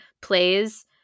plays